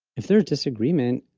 if there's disagreement,